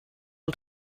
els